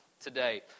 today